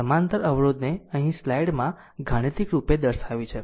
સમાંતર અવરોધને અહીં સ્લાઈડમાં ગાણિતિક રૂપે દર્શાવી છે